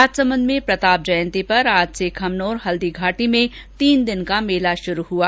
राजसमंद में प्रताप जयंती पर आज से खमनोर हल्दीघाटी में तीन दिन का मेला शुरू हुआ